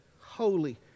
holy